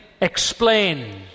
Explain